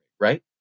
right